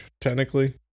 technically